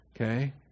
Okay